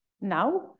Now